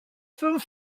sont